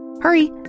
Hurry